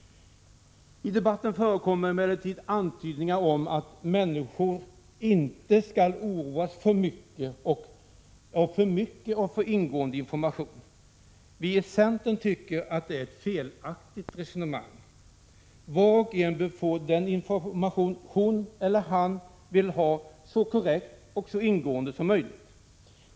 I debatten förekommer emellanåt antydningar om att människor inte skall oroas med för mycket och för ingående information. Vi i centern tycker att det är ett felaktigt resonemang. Var och en bör få den information hon eller han vill ha så korrekt och ingående som möjligt.